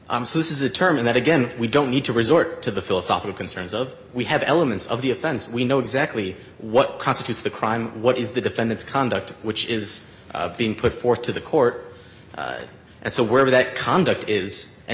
identity so this is a term that again we don't need to resort to the philosophical concerns of we have elements of the offense we know exactly what constitutes the crime what is the defendant's conduct which is being put forth to the court and so where that conduct is and